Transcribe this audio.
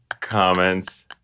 comments